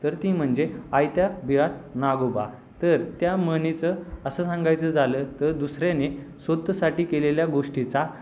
तर ती म्हणजे आयत्या बिळात नागोबा तर त्या म्हणीचं असं सांगायचं झालं तर दुसऱ्याने स्वतःसाठी केलेल्या गोष्टीचा